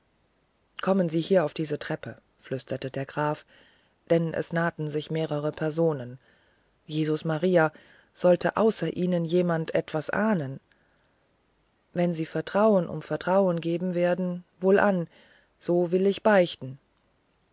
kommen sie hier auf diese treppe flüsterte der graf denn es nahten sich mehrere personen jesus maria sollte außer ihnen jemand etwas ahnen wenn sie vertrauen um vertrauen geben werden wohlan so will ich beichten